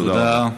תודה.